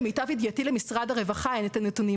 למיטב ידיעתי גם למשרד הרווחה אין את הנתונים